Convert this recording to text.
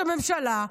ראש הממשלה.